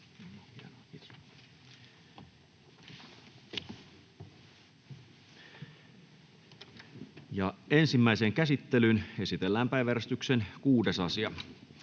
Ensimmäiseen käsittelyyn esitellään päiväjärjestyksen 7. asia.